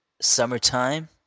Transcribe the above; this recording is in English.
summertime